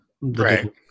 Right